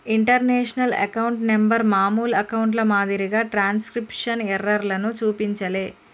international account number మామూలు అకౌంట్ల మాదిరిగా ట్రాన్స్క్రిప్షన్ ఎర్రర్లను చూపించలే